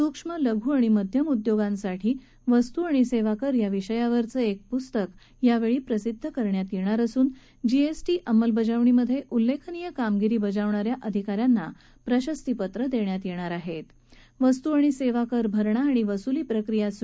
सुक्ष्म लघु आणि मध्यम उद्योगांसाठी वस्तू आणि सद्या कर या विषयावरचं एक पुस्तक यावछी प्रसिद्ध करण्यात यघ्तर असून जीएस अंमलबजावणीमधजिल्लखिनीय कामगिरी बजावणा या अधिका यांना प्रशस्ती पत्र दर्ष्डात यध्यिर आहही वस्तू आणि सद्यिकर भरणा आणि वसुली प्रक्रीया सु